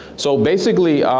so basically